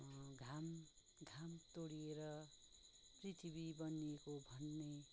घाम घाम तोडिएर पृथिवी बनिएको भन्ने